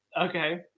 okay